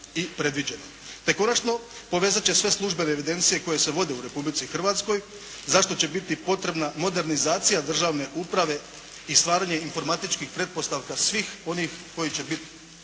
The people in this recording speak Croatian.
i predviđeno. Te konačno, povezat će sve službene evidencije koje se vode u Republici Hrvatskoj, za što će biti potrebna modernizacija državne uprave i stvaranje informatičkih pretpostavka svih onih koji će biti